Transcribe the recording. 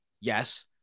Yes